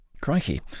Crikey